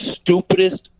stupidest